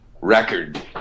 record